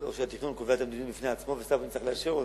או שהתכנון קובע את המדיניות בפני עצמו ושר הפנים צריך לאשר אותה,